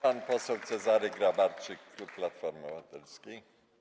Pan poseł Cezary Grabarczyk, klub Platformy Obywatelskiej.